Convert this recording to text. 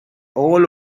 all